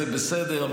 וזה בסדר.